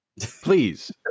please